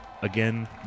Again